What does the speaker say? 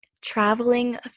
traveling